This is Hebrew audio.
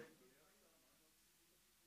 חילופים,